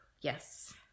Yes